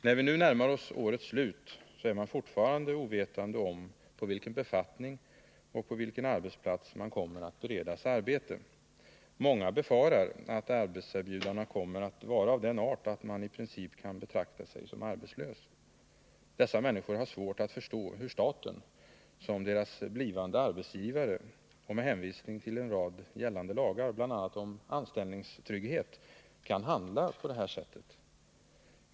När vi nu närmar oss årets slut är man fortfarande ovetande om på vilken befattning och på vilken arbetsplats man kommer att beredas arbete. Många befarar att arbetserbjudandena kommer att vara av den art att man i princip kan betrakta sig som arbetslös. Dessa människor har svårt att förstå hur staten som deras blivande arbetsgivare, och med hänvisning till en rad gällande lagar, bl.a. om anställningstrygghet, kan handla på detta sätt.